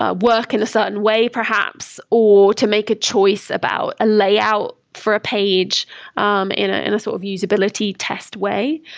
work in a certain way perhaps or to make a choice about a layout for a page um in a in a sort of usability test way.